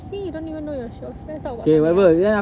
see you don't even know your shows let's talk about something else